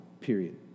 Period